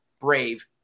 brave